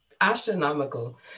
astronomical